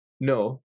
No